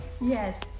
Yes